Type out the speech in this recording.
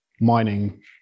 mining